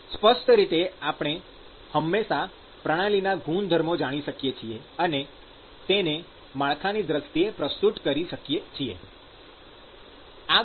સ્પષ્ટ રીતે આપણે હંમેશાં પ્રણાલીના ગુણધર્મો જાણી શકીએ છીએ અને તેને માળખાની દ્રષ્ટિએ પ્રસ્તુત કરી શકીએ છીએ